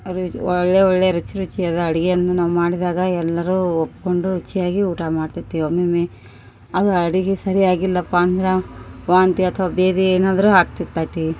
ಅದು ಇದು ಒಳ್ಳೆಯ ಒಳ್ಳೆಯ ರುಚಿ ರುಚಿಯಾದ ಅಡುಗೆಯನ್ನು ನಾವು ಮಾಡಿದಾಗ ಎಲ್ಲರೂ ಒಪ್ಕೊಂಡು ರುಚಿಯಾಗಿ ಊಟ ಮಾಡ್ತಿರ್ತಿವಿ ಒಮ್ಮೊಮ್ಮೆ ಅಂದರ ಅಡಿಗಿ ಸರಿಯಾಗಿಲ್ಲಪ ಅಂದರ ವಾಂತಿ ಅಥ್ವಾ ಬೇದಿ ಏನಾದರೂ ಆಗ್ತಿರ್ತೈತಿ